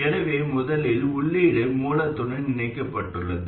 எனவே முதலில் உள்ளீடு மூலத்துடன் இணைக்கப்பட்டுள்ளது